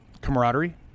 camaraderie